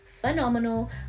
phenomenal